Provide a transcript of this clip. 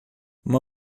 uma